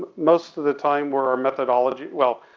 most of the time we're methodology, well,